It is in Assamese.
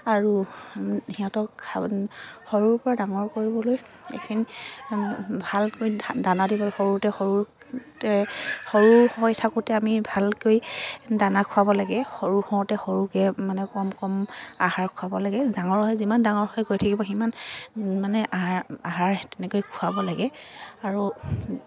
আৰু সিহঁতক সৰুৰ পৰা ডাঙৰ কৰিবলৈ এইখিনি ভালকৈ দানা দিব সৰুতে সৰুতে সৰু হৈ থাকোঁতে আমি ভালকৈ দানা খোৱাব লাগে সৰু হওঁতে সৰুকে মানে কম কম আহাৰ খোৱাব লাগে ডাঙৰ হয় যিমান ডাঙৰ হৈ গৈ থাকিব সিমান মানে আহাৰ তেনেকৈ খোৱাব লাগে আৰু